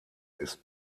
ist